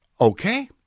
okay